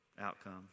outcome